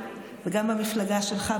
וגם המפלגה שלך,